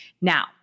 Now